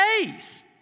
days